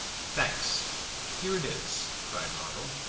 thanks here it is, cried ronald,